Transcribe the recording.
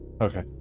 Okay